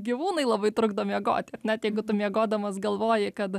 gyvūnai labai trukdo miegoti ar ne tai jeigu tu miegodamas galvoji kad